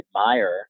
admire